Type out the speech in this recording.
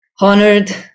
honored